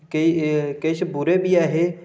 केईं किश बुरे बी ऐ हे